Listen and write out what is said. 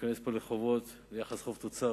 ניכנס פה לחובות, ליחס חוב-תוצר,